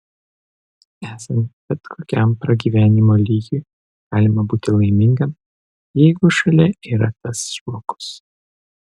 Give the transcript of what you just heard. esant bet kokiam pragyvenimo lygiui galima būti laimingam jeigu šalia yra tas žmogus